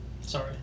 Sorry